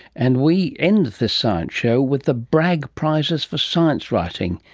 and we end this science show with the bragg prizes for science writing,